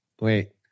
Wait